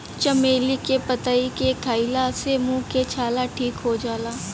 चमेली के पतइ के खईला से मुंह के छाला ठीक हो जाला